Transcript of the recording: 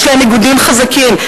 יש להם איגודים חזקים,